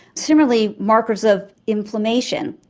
similarly, markers of inflammation,